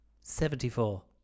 Seventy-four